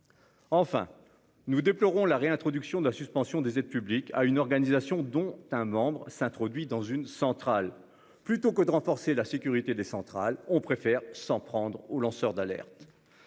Enfin, nous déplorons la réintroduction de la suspension des aides publiques à une organisation dont un membre s'introduit dans une centrale plutôt que de renforcer la sécurité des centrales, on préfère s'en prendre aux lanceurs d'alerte.